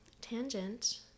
tangent